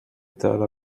tell